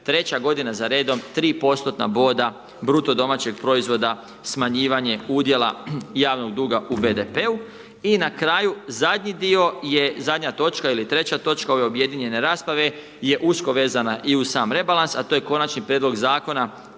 treća godina za redom 3 postotna boda bruto domaćeg proizvoda smanjivanje udjela javnog duga u BDP-u. I na kraju, zadnji dio je, zadnja točka ili treća točka ove objedinjene rasprave je usko vezana i uz sam rebalans, a to je Konačni prijedlog zakona